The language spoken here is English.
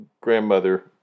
grandmother